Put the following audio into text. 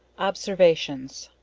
observations.